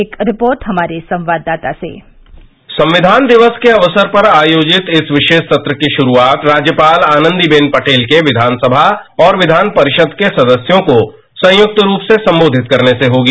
एक रिपोर्ट हमारे संवाददाता सेः संविधान दिवस के अवसर पर आयोजित इस विरोष सत्र की शुरुआत राज्यपाल आनंदीबेन पटेल के विधानसभा और विधान परिषद के सदस्यों को संयुक्त रूप से संबोधित करने से होगी